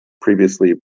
previously